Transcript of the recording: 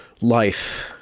life